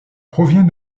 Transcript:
provient